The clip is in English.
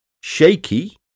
Shaky